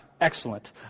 excellent